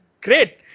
great